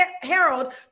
Harold